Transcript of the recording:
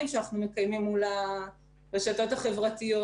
שאנחנו מנהלים מול הרשתות החברתיות.